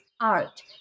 art